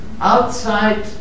outside